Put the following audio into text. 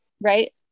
Right